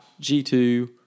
G2